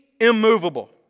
immovable